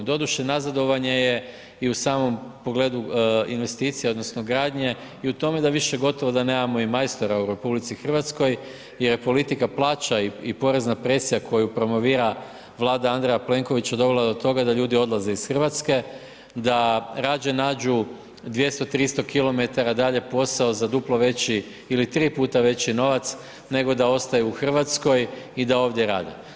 Doduše nazadovanje je i u samom pogledu investicija odnosno gradnje i u tome da više gotovo da nemamo ni majstora u RH jer je politika plaća i porezna presija koju promovira Vlada Andreja Plenkovića dovela do toga da ljudi odlaze iz Hrvatske, da radije nađu 200, 300km dalje posao za duplo veći ili tri puta veći novac nego da ostaju u Hrvatskoj i da ovdje rade.